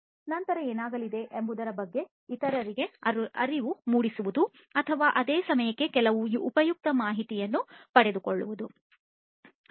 ನಂತರ ಏನಾಗಲಿದೆ ಎಂಬುದರ ಬಗ್ಗೆ ಇತರರಿಗೆ ಅರಿವು ಮೂಡಿಸುವುದು ಅಥವಾ ಅದೇ ಸಮಯದಲ್ಲಿ ಕೆಲವು ಉಪಯುಕ್ತ ಮಾಹಿತಿಯನ್ನು ಪಡೆದುಕೊಳ್ಳುವುದು